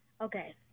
Okay